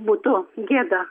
būtų gėda